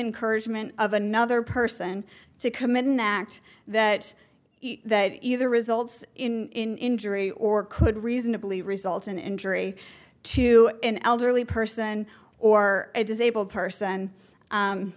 encouragement of another person to commit an act that either results in jury or could reasonably result in injury to an elderly person or a disabled person